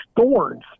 thorns